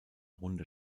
runde